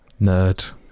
Nerd